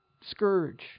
scourge